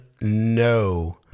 No